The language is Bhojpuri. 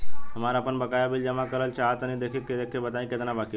हमरा आपन बाकया बिल जमा करल चाह तनि देखऽ के बा ताई केतना बाकि बा?